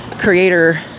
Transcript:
creator